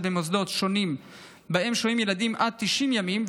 במוסדות שונים שבהם שוהים ילדים עד ל-90 ימים,